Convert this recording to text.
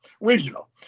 regional